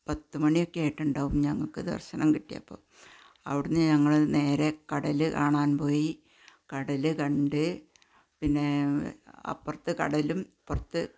പത്തുമണിയൊക്കെ ആയിട്ടുണ്ടാകും ഞങ്ങള്ക്ക് ദര്ശനം കിട്ടിയപ്പോൾ അവിടെ നിന്ന് ഞങ്ങൾ നേരെ കടൽ കാണാന് പോയി കടലു കണ്ട് പിന്നെ അപ്പുറത്ത് കടലും ഇപ്പുറത്ത്